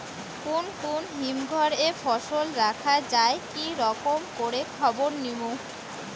কুন কুন হিমঘর এ ফসল রাখা যায় কি রকম করে খবর নিমু?